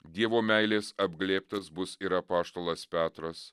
dievo meilės apglėbtas bus ir apaštalas petras